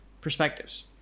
perspectives